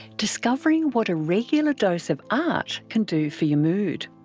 discovering what a regular dose of art can do for your mood.